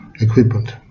equipment